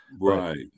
Right